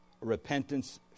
repentance